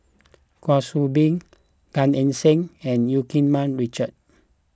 Kwa Soon Bee Gan Eng Seng and Eu Keng Mun Richard